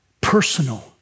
personal